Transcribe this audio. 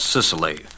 Sicily